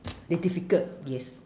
very difficult yes